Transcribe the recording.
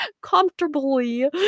Comfortably